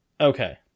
Okay